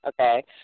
okay